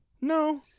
No